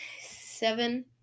seven